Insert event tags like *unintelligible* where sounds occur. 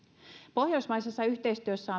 pohjoismaisessa yhteistyössä *unintelligible*